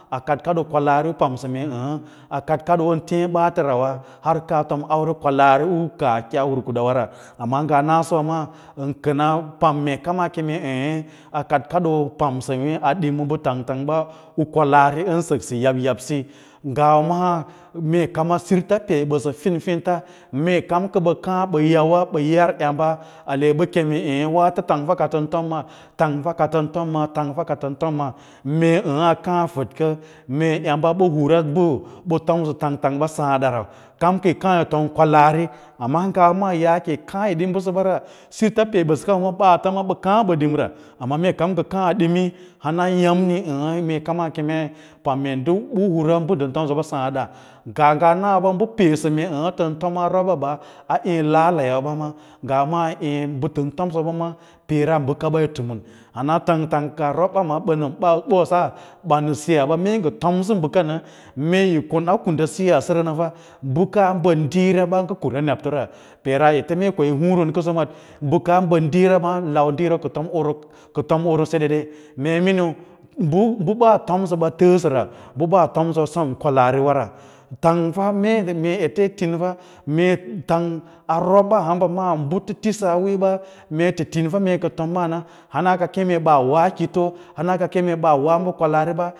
A kad kadoo kwalaariu pam mee aa a kad kadou u tee baatar wa har kaa tom kwallar u kaa hir kandawaya, amma ngah nasowa maa na kans pam mee komaa keene eě a kad akadoo pamsa mee a dim ma mba tangtang ba u kwalaari an saksa sa yab yab siyi beesa fin fir ta mee kam kəbə ka ba yawa bə yar demba ale bə keme aa aâ waato tang fa ka tan tom maa tang fa ka tan tom maa tang fa ka ta ntom amaa mee aa aâ a kaâ a fadka mee emba bə hwa mbə ɓa tomsə tang tang ba saadda rau ram kiyi kaa yi rom kwalaari amma mawa maa yaake yi kaa yi dim bəsəsa, sita pee bəsəkəta ɓaata ma ɓa kaa bə dimra amma mee kam ka kas admini hanan yamni pam mee an nai pam mee ndə hura sa’adda kaa nga nanaso ɓa bə peesə mee áá tan tomaa robə ɓa a ee lalayawa ma ngawa mai ee bə tən tomsa ɓa kuma peera bəkaba ti timmun hon a tang tang ka ka roba ma ɓan ɓosa ɓan ma siyaba mee nga tomsa bəka na mee yi kon a kuda siyaasara nanta ba kaa bad diira ba nga nanta ba kaa bad diira ɓa nga kura nebto ra peera mee ete koyi húúran basa mad ba kaa bad diira na laudiirawa ka tom oro ka tom orosedede mee miniu bu ɓaa tombə ɓa təəsəra, ba ɓaa tombə ɓa sem ukwalaari wara tang fe mee ete tin fa mee tang a roba hmba maa bu ta tisa wiiyo ba ta tin mee ta tinfa mee ka tom maa na hana ka keme baa woa kito hana ka keme bəa woa kwalaavito.